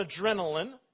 adrenaline